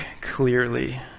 clearly